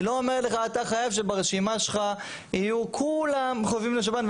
היא לא אומרת לך שאתה חייב שברשימה שלך יהיו כולם חופפים לשב"ן.